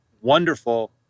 wonderful